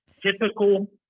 typical